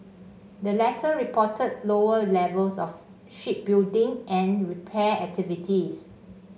the latter reported lower levels of shipbuilding and repair activities